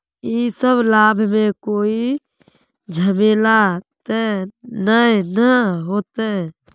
इ सब लाभ में कोई झमेला ते नय ने होते?